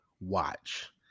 watch